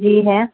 جی ہے